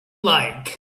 like